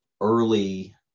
early